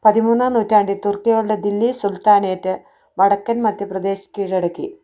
പതിമൂന്നാം നൂറ്റാണ്ടിൽ തുർക്കികളുടെ ദില്ലി സുൽത്താനേറ്റ് വടക്കൻ മദ്ധ്യപ്രദേശ് കീഴടക്കി